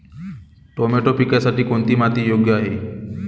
Tomato पिकासाठी कोणती माती योग्य आहे?